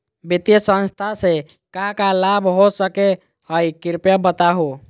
वित्तीय संस्था से का का लाभ हो सके हई कृपया बताहू?